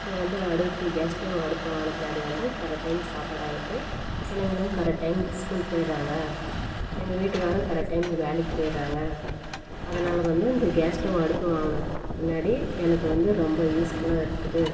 இப்போ வந்து அடுப்பு கேஸ் ஸ்டவ் அடுப்பை வாங்கின பின்னாடி வந்து கரெக்ட் டைம் சாப்பாடு ஆகிடுது பிள்ளைங்களும் கரெக்ட் டைமுக்கு ஸ்கூல் போயிடுறாங்க எங்கள் வீட்டுக்காரரும் கரெக்ட் டைம்க்கு வேலைக்கு போயிடுறாங்க அதனால் வந்து இந்த கேஸ் ஸ்டவ் அடுப்பு வாங்கின பின்னாடி எனக்கு வந்து ரொம்ப யூஸ்ஃபுல்லாக இருக்குது